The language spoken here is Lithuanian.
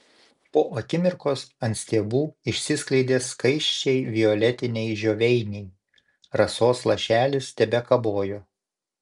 po akimirkos ant stiebų išsiskleidė skaisčiai violetiniai žioveiniai rasos lašelis tebekabojo